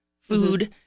food